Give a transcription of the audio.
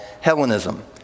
Hellenism